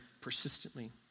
persistently